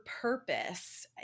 purpose